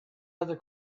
other